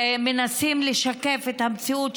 מנסים לשקף את המציאות,